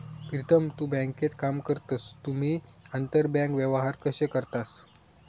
प्रीतम तु बँकेत काम करतस तुम्ही आंतरबँक व्यवहार कशे करतास?